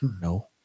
No